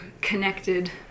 connected